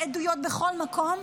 בעדויות בכל מקום,